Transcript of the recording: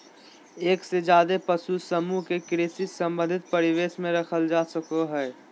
एक से ज्यादे पशु समूह के कृषि संबंधी परिवेश में रखल जा हई